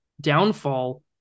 downfall